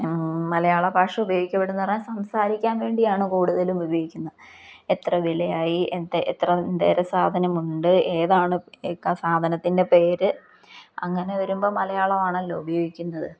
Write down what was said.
മലയാള ഭാഷ ഉപയോഗിക്കപ്പെടുമെന്നു പറഞ്ഞാൽ സംസാരിക്കാൻ വേണ്ടിയാണ് കൂടുതലും ഉപയോഗിക്കുന്നത് എത്ര വിലയായി എ എത്ര എന്തോരം സാധനമുണ്ട് ഏതാണ് സാധനത്തിൻ്റെ പേര് അങ്ങനെ വരുമ്പോൾ മലയാളമാണല്ലോ ഉപയോഗിക്കുന്നത്